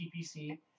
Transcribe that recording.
TPC